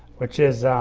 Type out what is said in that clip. which is